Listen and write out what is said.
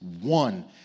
one